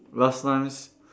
last time s~